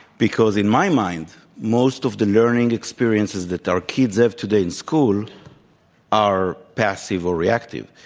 because in my mind most of the learning experiences that our kids have today in school are passive or reactive.